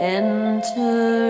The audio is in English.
enter